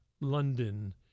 London